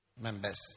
members